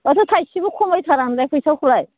माथो थाइसेबो खमायथारा नोंलाय फैसाखौलाय